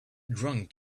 drunk